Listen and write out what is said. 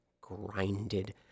grinded